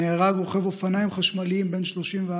נהרג רוכב אופניים חשמליים בן 34,